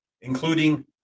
including